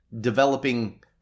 developing